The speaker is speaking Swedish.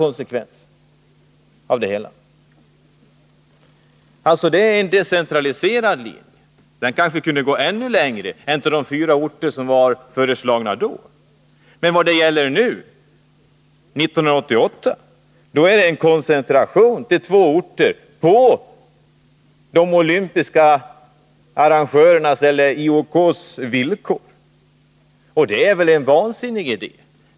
Det var en annan konsekvens. Det var en decentraliserad linje. Vi kanske kunde ha gått ännu längre än till de fyra orter som var föreslagna då. Vad det gäller nu, till 1988 års vinterspel, är en koncentration till två orter, på IOK:s villkor. Det är väl en vansinnig idé.